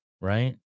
Right